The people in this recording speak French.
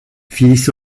phyllis